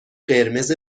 قرمز